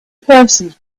persons